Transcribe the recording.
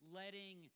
letting